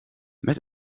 met